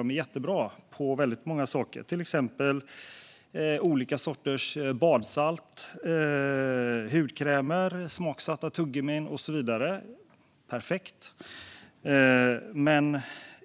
De är jättebra för mycket, till exempel olika sorters badsalt, hudkrämer, smaksatta tuggummin och så vidare. Men